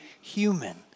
human